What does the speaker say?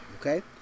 Okay